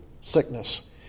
sickness